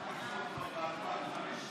אנחנו התחלנו למחות כבר ב-2015,